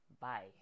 bye